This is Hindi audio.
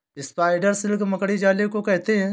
स्पाइडर सिल्क मकड़ी जाले को कहते हैं